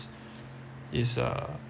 is a